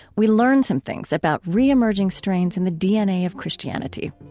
we learn some things, about reemerging strains in the dna of christianity.